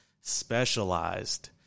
specialized